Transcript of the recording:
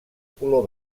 color